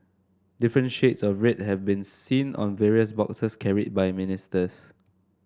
different shades of red have been seen on various boxes carried by ministers